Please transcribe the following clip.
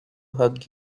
hug